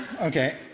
okay